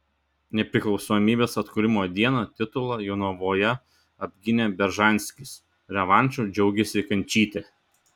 nepriklausomybės atkūrimo dieną titulą jonavoje apgynė beržanskis revanšu džiaugėsi kančytė